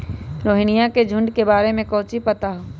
रोहिनया के झुंड के बारे में कौची पता हाउ?